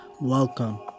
Welcome